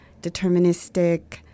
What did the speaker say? deterministic